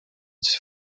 its